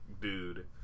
dude